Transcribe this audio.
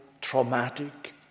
traumatic